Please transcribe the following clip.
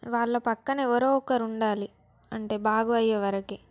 వాళ్ళ పక్కన ఎవరో ఒకరు ఉండాలి అంటే బాగు అయ్యేవరకి